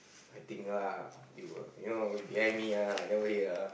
I think lah you will you know behind me ah I never hear ah